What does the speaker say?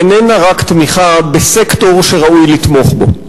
איננה רק תמיכה בסקטור שראוי לתמוך בו.